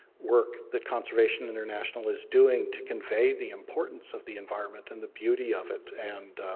work that conservation international is doing to convey the importance of the environment and the beauty of it and